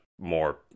more